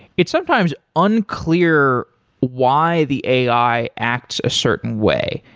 it's sometimes unclear why the ai acts a certain way.